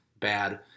Bad